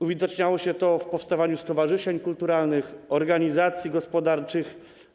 Uwidaczniało się to dzięki postawaniu stowarzyszeń kulturalnych, organizacji gospodarczych.